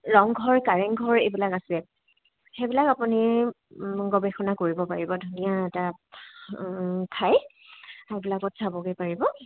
ৰংঘৰ কাৰেংঘৰ এইবিলাক আছে সেইবিলাক আপুনি গৱেষণা কৰিব পাৰিব ধুনীয়া এটা ঠাই সেইবিলাকত চাবগৈ পাৰিব